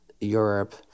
Europe